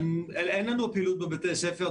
אין לנו פעילות בבתי הספר.